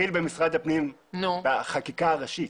החקיקה הראשית